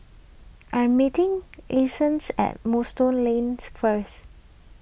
I am meeting Eastons at Moonstone Lanes first